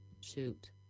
Shoot